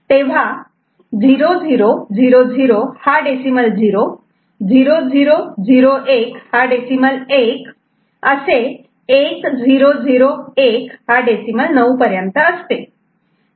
तेव्हा 0000 हा डेसिमल 0 0001 हा डेसिमल 1 असे 1001 हा डेसिमल 9 नऊपर्यंत असते